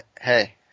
hey